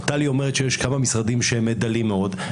טלי אומרת שיש כמה משרדים שהם באמת דלים מאוד.